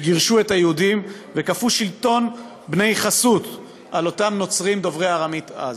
והם גירשו את היהודים וכפו שלטון בני חסות על הנוצרים דוברי הארמית אז.